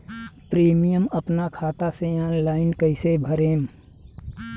Premium अपना खाता से ऑनलाइन कईसे भरेम?